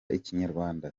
ikinyarwanda